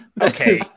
Okay